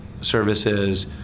services